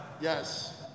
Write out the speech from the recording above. Yes